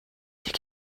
hier